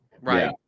right